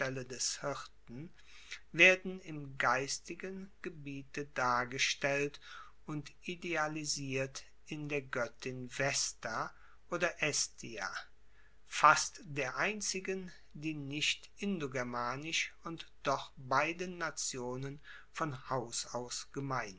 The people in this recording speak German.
hirten werden im geistigen gebiete dargestellt und idealisiert in der goettin vesta oder fast der einzigen die nicht indogermanisch und doch beiden nationen von haus aus gemein